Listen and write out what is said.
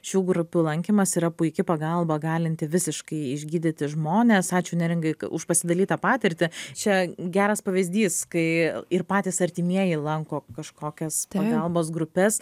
šių grupių lankymas yra puiki pagalba galinti visiškai išgydyti žmones ačiū neringai už pasidalytą patirtį čia geras pavyzdys kai ir patys artimieji lanko kažkokias pagalbos grupes